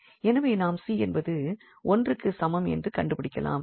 எனவே நாம் c என்பது 1 க்கு சமம் என்று கண்டுபிடிக்கலாம்